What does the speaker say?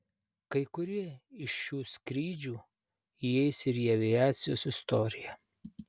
kai kurie iš šių skrydžių įeis ir į aviacijos istoriją